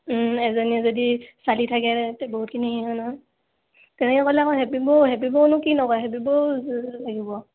এজনীয়ে যদি চালি থাকে তেতিয়া বহুতখিনি হেৰি হয় নহয় তেনেকৈ কৰিলে আকৌ হেপি বৌ হেপি বৌনো কি নকৰে হেপী বৌ লাগিব